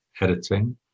editing